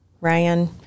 Ryan